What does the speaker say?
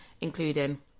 including